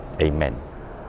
amen